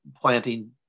planting